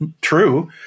true